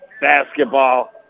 basketball